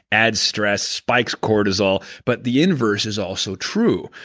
adds stress, spikes cortisol. but, the inverse is also true.